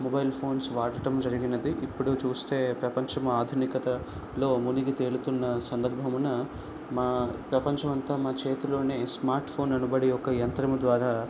mobile phones వాడటం జరిగినది ఇప్పుడు చూస్తే ప్రపంచం ఆధునికతలో మునిగి తేలుతున్న సందర్భమున మా ప్రపంచమంతా మా చేతులోనే స్మార్ట్ఫోన్ అనబడే ఒక యంత్రము ద్వారా